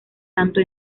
tanto